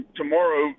tomorrow